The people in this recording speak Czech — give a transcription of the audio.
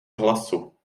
hlasu